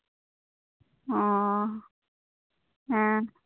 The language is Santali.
ᱚ ᱦᱮᱸ